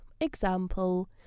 Example